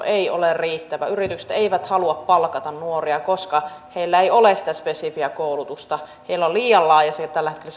ei ole riittävä yritykset eivät halua palkata nuoria koska heillä ei ole sitä spesifiä koulutusta heillä on liian laaja koulutus siellä tällä hetkellä